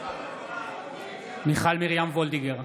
מיכל מרים וולדיגר,